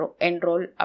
enroll